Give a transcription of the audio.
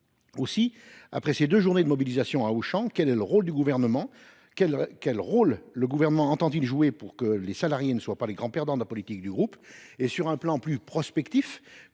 Après ces deux journées de mobilisation à Auchan, quel rôle le Gouvernement entend il jouer pour que les salariés ne soient pas les grands perdants de la politique du groupe ? Sur un plan plus prospectif,